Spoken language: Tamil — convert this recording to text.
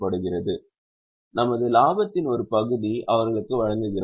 நமது லாபத்தின் ஒரு பகுதியை அவர்களுக்கு வழங்குகிறோம்